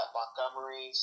Montgomery